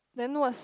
then what's